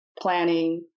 planning